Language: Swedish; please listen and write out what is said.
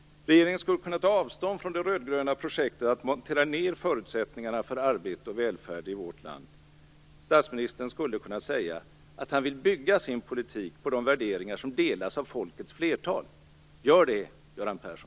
Regeringen skulle kunna ta avstånd från det rödgröna projektet att montera ned förutsättningarna för arbete och välfärd i vårt land. Statsministern skulle kunna säga att han vill bygga sin politik på de värderingar som delas av folkets flertal. Gör det, Göran Persson!